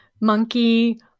monkey